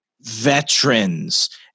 veterans